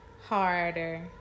harder